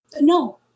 no